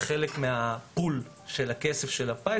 כחלק מהפול של הכסף של הפיס,